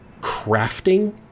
crafting